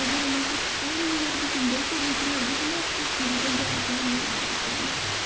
अगर उ'नैं गी थोह्ड़ी बी ओह्दे बिच्च गल्ती गूल्ती लगदी ते में इस चीज उप्पर जादै ध्यान देन लगदी क्योंकि